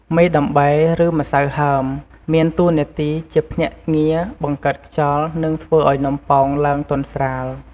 មេដំបែឬ ម្សៅហើម មានតួនាទីជាភ្នាក់ងារបង្កើតខ្យល់ និងធ្វើឱ្យនំប៉ោងឡើងទន់ស្រាល។